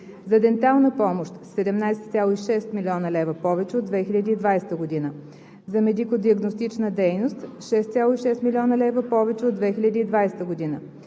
за дентална помощ 17,6 млн. лв. повече от 2020 г.; 4. за медико-диагностична дейност 6,6 млн. лв. повече от 2020 г.